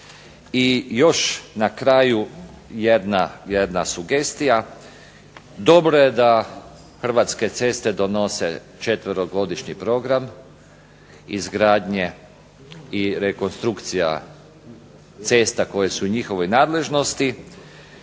I još na kraju jedna sugestija, dobro je da Hrvatske ceste donose četverogodišnji program izgradnje i rekonstrukcija cesta koje su u njihovoj nadležnosti